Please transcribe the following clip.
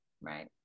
right